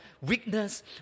weakness